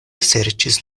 serĉis